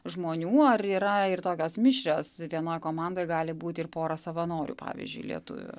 žmonių ar yra ir tokios mišrios vienoj komandoj gali būt ir pora savanorių pavyzdžiui lietuvių